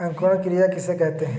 अंकुरण क्रिया किसे कहते हैं?